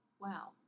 Wow